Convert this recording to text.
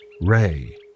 Ray